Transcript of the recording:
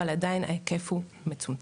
אבל עדיין ההיקף הוא מצומצם.